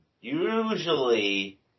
Usually